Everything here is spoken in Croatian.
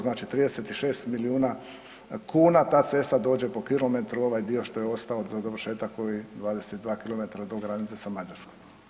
Znači 36 milijuna kuna ta cesta dođe po kilometru ovaj dio što je ostao za dovršetak ovih 22 km do granice sa Mađarskom.